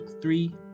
three